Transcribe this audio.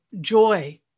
joy